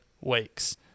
weeks